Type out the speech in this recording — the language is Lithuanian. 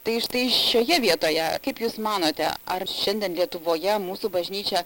tai štai šioje vietoje kaip jūs manote ar šiandien lietuvoje mūsų bažnyčia